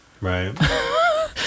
Right